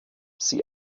sie